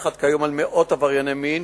המפקחת כיום על מאות עברייני מין